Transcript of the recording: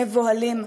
מבוהלים,